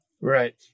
Right